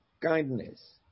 kindness